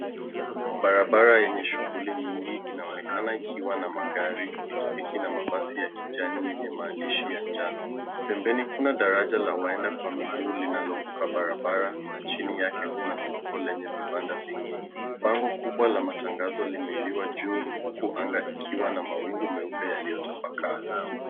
Barabara yenye shughuli nyingi inaonekana ikiwa na magari, pikipiki na mabasi ya kijani yenye maandishi ya njano. Pembeni, kuna daraja la waenda kwa miguu linalovuka barabara na chini yake kuna soko lenye vibanda vingi. Bango kubwa la matangazo limeinuliwa juu huku anga ikiwa na mawingu meupe yaliyotapakaa.